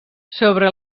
sobre